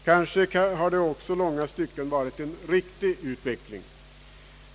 Kanske har det också i långa stycken varit en riktig utveckling.